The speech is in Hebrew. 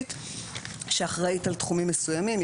הממשלתית שאחראית על תחומים מסוימים,